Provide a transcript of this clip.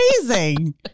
amazing